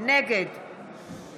נגד